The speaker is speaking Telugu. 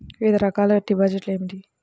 వివిధ రకాల డిపాజిట్లు ఏమిటీ?